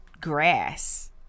grass